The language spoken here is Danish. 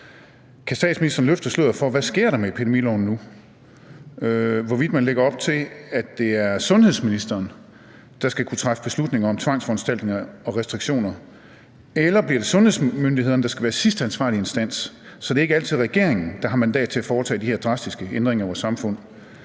Kan statsministeren løfte sløret for, hvad der sker med epidemiloven nu, altså hvorvidt man lægger op til, at det er sundhedsministeren, der skal kunne træffe beslutninger om tvangsforanstaltninger og restriktioner, eller om det bliver sundhedsmyndighederne, der skal være sidste ansvarlige instans, så det ikke altid er regeringen, der har mandat til at foretage de her drastiske ændringer i vores samfund?